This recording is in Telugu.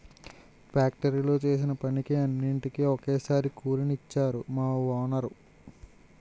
ఫ్యాక్టరీలో చేసిన పనికి అన్నిటికీ ఒక్కసారే కూలి నిచ్చేరు మా వోనరు